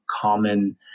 common